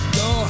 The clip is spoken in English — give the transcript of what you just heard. go